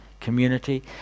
community